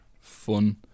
fun